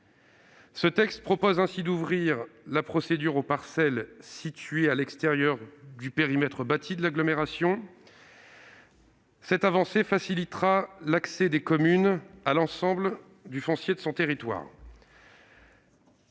Ce texte propose ainsi d'ouvrir la procédure aux parcelles situées à l'extérieur du périmètre d'agglomération. Cette avancée facilitera l'accès des communes à l'ensemble du foncier de leur territoire.